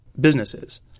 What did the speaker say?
businesses